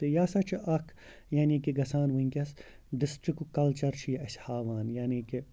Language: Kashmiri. تہٕ یہِ ہَسا چھُ اَکھ یعنی کہِ گژھان وٕنۍکٮ۪س ڈِسٹِرٛکُک کَلچَر چھِ یہِ اَسہِ ہاوان یعنی کہِ